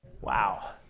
Wow